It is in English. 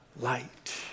light